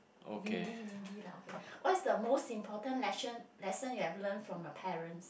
windy windy lah okay what's the most important lesson lesson you have learnt from your parents